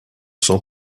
sans